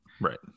right